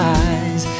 eyes